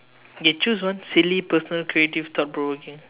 okay choose one silly personal creative thought provoking